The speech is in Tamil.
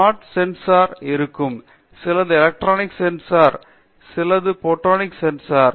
ஸ்மார்ட் நகரம் சூழ்நிலையில் பல சென்சார் இருக்கும் சிலது எலக்ட்ரானிக் சென்சார் சிலது போடோனிக் சென்சார்